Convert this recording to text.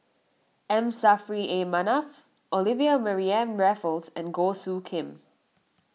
M Saffri A Manaf Olivia Mariamne Raffles and Goh Soo Khim